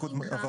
סליחה,